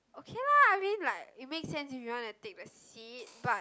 okay lah I mean like it make sense if you want to take the seat but